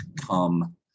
come